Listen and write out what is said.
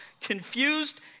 Confused